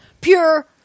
Pure